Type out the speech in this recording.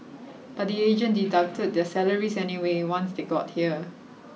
but the agent deducted their salaries anyway once they got here